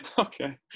Okay